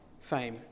fame